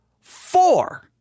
four